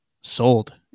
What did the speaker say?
sold